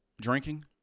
Drinking